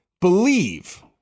believe